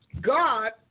God